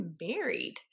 married